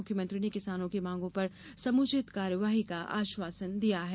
मुख्यमंत्री ने किसानों की मांगों पर समुचित कार्यवाही का आश्वासन दिया है